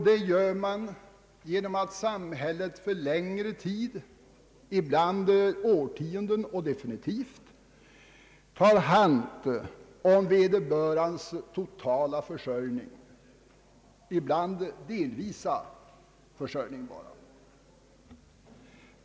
Detta är möjligt genom att samhället för längre tid, ibland för årtionden och definitivt, tar hand om vederbörandes försörjning, ibland totalt, ibland delvis.